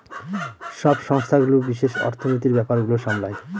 সব সংস্থাগুলো বিশেষ অর্থনীতির ব্যাপার গুলো সামলায়